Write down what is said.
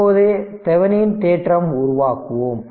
இப்போது தெவெனின் தேற்றம் உருவாக்குவோம்